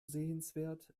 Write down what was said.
sehenswert